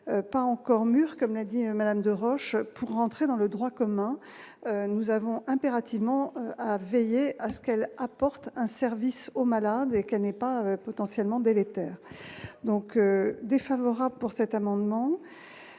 pas encore mûr, comédien Madame, de Roche pour rentrer dans le droit commun, nous avons impérativement à veiller à ce qu'elle apporte un service aux malades et qu'elle n'est pas potentiellement délétères donc défavorable pour cet amendement